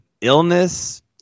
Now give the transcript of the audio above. illness